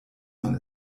man